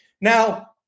Now